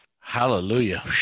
Hallelujah